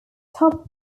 topped